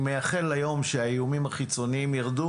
אני מייחל ליום שבו האיומים החיצוניים ירדו